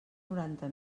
noranta